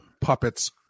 puppets